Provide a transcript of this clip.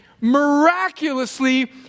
miraculously